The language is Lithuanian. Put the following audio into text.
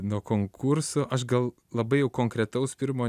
nuo konkurso aš gal labai jau konkretaus pirmo